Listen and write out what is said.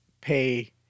pay